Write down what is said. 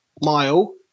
Mile